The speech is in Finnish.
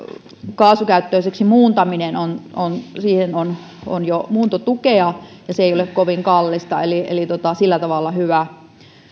kaasukäyttöiseksi muuntamiseen on on jo muuntotukea ja se ei ole kovin kallista eli se on sillä tavalla